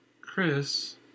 Chris